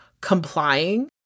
complying